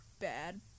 Bad